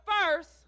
first